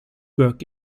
work